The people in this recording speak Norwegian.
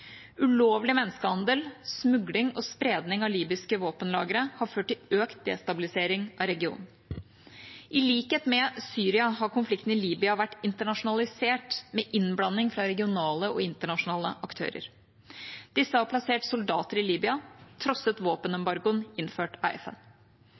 Ulovlig menneskehandel, smugling og spredning av libyske våpenlagre har ført til økt destabilisering av regionen. I likhet med Syria har konflikten i Libya vært internasjonalisert med innblanding fra regionale og internasjonale aktører. Disse har plassert soldater i Libya og trosset